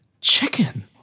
chicken